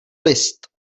list